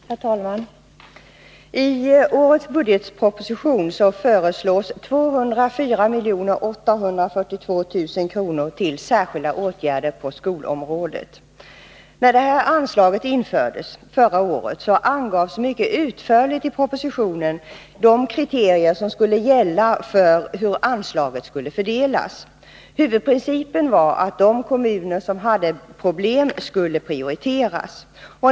Herr talman! I årets budgetproposition föreslås 204 842000 kr. till särskilda åtgärder på skolområdet. När detta anslag infördes förra året, angavs mycket utförligt i propositionen de kriterier som skulle gälla för hur anslaget skulle fördelas. Huvudprincipen var att kommuner som hade problem skulle prioriteras.